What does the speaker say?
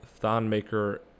Thonmaker